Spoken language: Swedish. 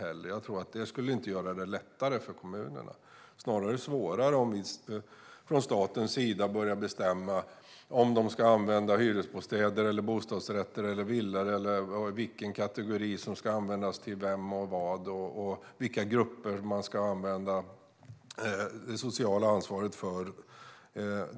Jag tror inte att det skulle göra det lättare för kommunerna. Det skulle snarare bli svårare om vi från statens sida börjar bestämma om de ska använda hyresbostäder, bostadsrätter eller villor och vilken kategori som ska användas till vem och vad och vilka grupper man ska använda det sociala ansvaret för.